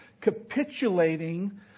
capitulating